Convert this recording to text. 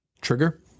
trigger